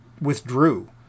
withdrew